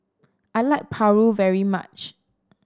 I like paru very much